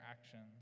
actions